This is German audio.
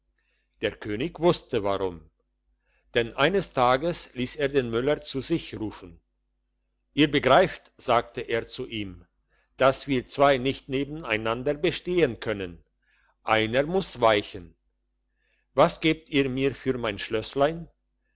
der könig wusste warum denn eines tages liess er den müller zu sich rufen ihr begreift sagte er zu ihm dass wir zwei nicht nebeneinander bestehen können einer muss weichen was gebt ihr mir für mein schlösslein